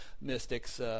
mystics